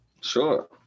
Sure